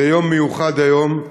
זה יום מיוחד היום,